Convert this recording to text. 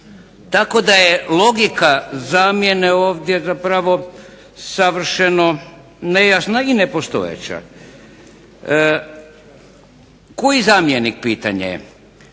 Tako da je logika zamjene ovdje zapravo savršeno nejasna i nepostojeća. Koji zamjenik pitanje je?